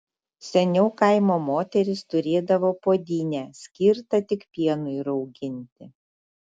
seniau kaimo moterys turėdavo puodynę skirtą tik pienui rauginti